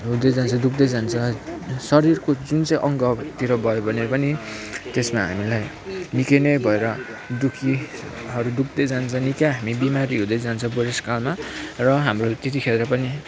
हुँदै जान्छ दुख्दै जान्छ शरीरको जुन चाहिँ अङ्गतिर भयो भने पनि त्यसमा हामीलाई निक्कै नै भएर दुखि दुख्दै जान्छ निक्कै हामी बिमारी हुँदै जान्छ बुढेसकालमा र हाम्रो त्यतिखेर पनि